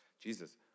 Jesus